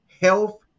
health